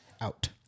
out